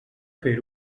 fer